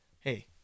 hey